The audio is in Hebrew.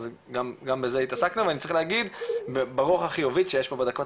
אז גם בזה התעסקנו וצריך להגיד ברוח החיובית שיש פה בדקות